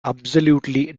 absolutely